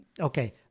Okay